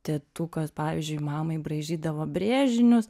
tėtukas pavyzdžiui mamai braižydavo brėžinius